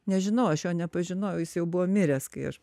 nežinau aš jo nepažinojau jisai jau buvo miręs kai aš